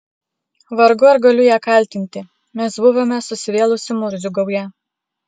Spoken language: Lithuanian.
vargu ar galiu ją kaltinti mes buvome susivėlusių murzių gauja